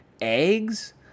eggs